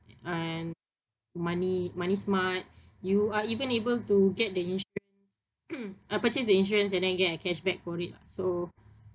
and money money smart you are even able to get the insur~ uh purchase the insurance and then get a cashback for it lah so